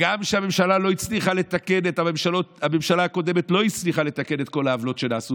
וגם הממשלה הקודמת לא הצליחה לתקן את כל העוולות שנעשו.